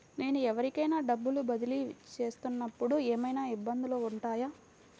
నేను ఎవరికైనా డబ్బులు బదిలీ చేస్తునపుడు ఏమయినా ఇబ్బందులు వుంటాయా?